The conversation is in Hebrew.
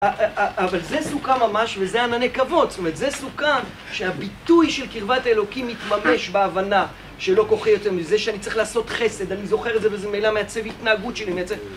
אבל זה סוכה ממש, וזה ענני כבוד, זאת אומרת, זה סוכה שהביטוי של קרבת האלוקים מתממש בהבנה שלא כוחי ועוצם ידי, זה שאני צריך לעשות חסד, אני זוכר את זה במילה מעצב התנהגות שלי.